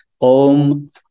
Om